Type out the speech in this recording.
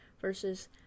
versus